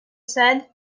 said